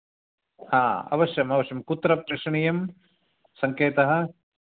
हा अवश्यम् अवश्यं कुत्र प्रेषणीयं सङ्केतः